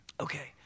okay